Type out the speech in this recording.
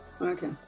Okay